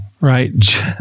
right